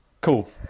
Cool